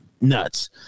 Nuts